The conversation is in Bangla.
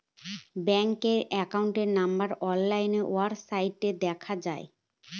ব্যাঙ্কের একাউন্ট নম্বর অনলাইন ওয়েবসাইটে দেখা যায়